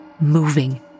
moving